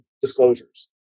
disclosures